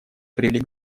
привели